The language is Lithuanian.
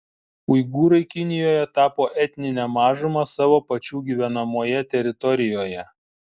uigūrai kinijoje tapo etnine mažuma savo pačių gyvenamoje teritorijoje